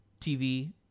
TV